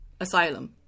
asylum